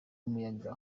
muyaga